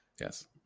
yes